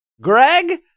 Greg